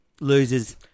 Losers